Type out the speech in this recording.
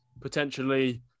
potentially